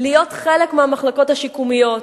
להיות חלק מהמחלקות השיקומיות,